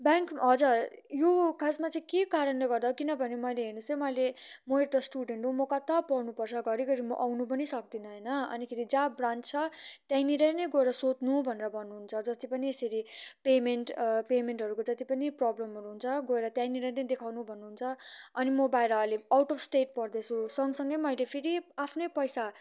bank हजुर यो खासमा चाहिँ के कारणले गर्दा किनभने मैले हेर्नुहोस् है मैले मो एउटा स्टुडेन्ट हो म कता पढ्नु पर्छ घरिघरि आउनु पनि सक्दिनँ होइन अनिखेरि जहाँ ब्रान्च छ त्यहीँनिरै नै गोएर सोध्नु भनेर भन्नुहुन्छ जति पनि यसरी पेमेन्ट पेमेन्टहरूको जति पनि प्राबलमहरू हुन्छ गएर त्यहाँनिर नै देखाउनु भन्नु हुन्छ अनि म बाहिर अहिले आउट अफ स्टेट पढ्दैछु सँगसँगै मैले फेरि आफ्नो पैसा